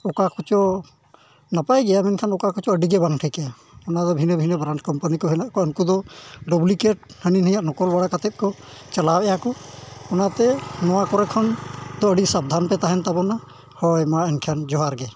ᱚᱠᱟ ᱠᱚᱪᱚ ᱱᱟᱯᱟᱭ ᱜᱮᱭᱟ ᱢᱮᱱᱠᱷᱟᱱ ᱚᱠᱟ ᱠᱚᱪᱚ ᱟᱹᱰᱤᱜᱮ ᱵᱟᱝ ᱴᱷᱤᱠᱟ ᱚᱱᱟᱫᱚ ᱵᱷᱤᱱᱟᱹᱼᱵᱷᱤᱱᱟᱹ ᱠᱚ ᱦᱮᱱᱟᱜ ᱠᱚᱣᱟ ᱩᱱᱠᱩ ᱫᱚ ᱦᱟᱹᱱᱤᱼᱱᱷᱟᱹᱭᱟᱜ ᱱᱚᱠᱚᱞ ᱵᱟᱲᱟ ᱠᱟᱛᱮᱫ ᱠᱚ ᱪᱟᱞᱟᱣᱮᱫᱼᱟ ᱠᱚ ᱚᱱᱟᱛᱮ ᱱᱚᱣᱟ ᱠᱚᱨᱮ ᱠᱷᱚᱱ ᱫᱚ ᱟᱹᱰᱤ ᱥᱟᱵᱽᱫᱷᱟᱱ ᱯᱮ ᱛᱟᱦᱮᱱ ᱛᱟᱵᱚᱱᱟ ᱦᱳᱭ ᱢᱟ ᱮᱱᱠᱷᱟᱱ ᱡᱚᱦᱟᱨ ᱜᱮ